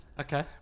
Okay